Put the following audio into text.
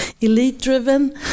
elite-driven